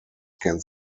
can